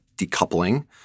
decoupling